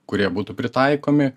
kurie būtų pritaikomi